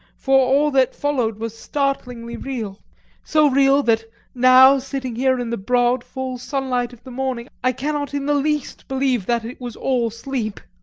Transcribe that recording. for all that followed was startlingly real so real that now sitting here in the broad, full sunlight of the morning, i cannot in the least believe that it was all sleep.